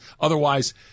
Otherwise